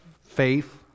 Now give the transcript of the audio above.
faith